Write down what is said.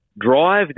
drive